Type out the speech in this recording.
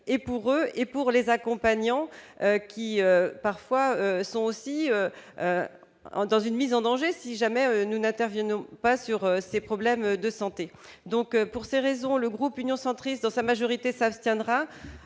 et pour eux et pour les accompagnants qui parfois sont aussi en dans une mise en danger si jamais nous n'intervenons pas sur ces problèmes de santé, donc, pour ces raisons, le groupe Union centriste dans sa majorité, ça se tiendra,